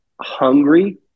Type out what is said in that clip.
hungry